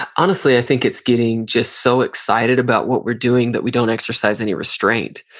honestly, i think it's getting just so excited about what we're doing that we don't exercise any restraint.